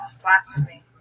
blasphemy